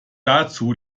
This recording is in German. dazu